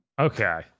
Okay